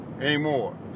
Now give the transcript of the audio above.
anymore